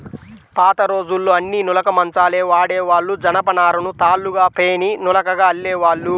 పాతరోజుల్లో అన్నీ నులక మంచాలే వాడేవాళ్ళు, జనపనారను తాళ్ళుగా పేని నులకగా అల్లేవాళ్ళు